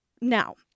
Now